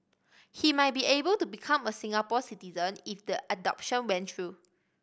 he might be able to become a Singapore citizen if the adoption went through